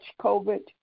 COVID